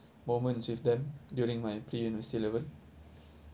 moments with them during my pre-university level